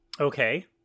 Okay